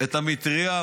את המטרייה,